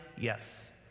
Yes